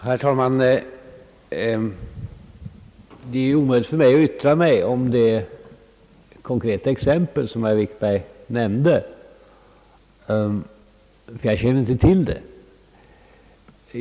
Herr talman! Det är omöjligt för mig att uttala något om det konkreta exempel som herr Wikberg anförde, ty jag känner inte till det.